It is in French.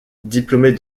diplômée